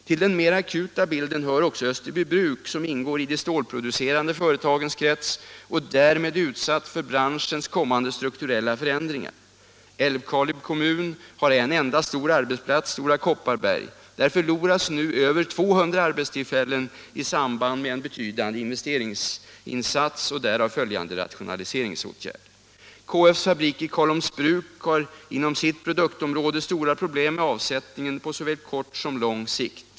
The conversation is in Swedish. Till den mera akuta bilden hör också Österbybruk, som ingår i de stålproducerande företagens krets och därmed är utsatt för branschens kommande strukturella förändringar. Älvkarleby kommun har en enda stor arbetsplats — Stora Kopparberg. Där förloras nu över 200 arbetstillfällen i samband med en betydande investeringsinsats och därav följande rationaliseringsåtgärder. KF:s fabrik i Karlholms bruk har inom sitt produktområde stora problem med avsättningen på såväl kort som lång sikt.